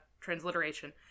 transliteration